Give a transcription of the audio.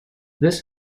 this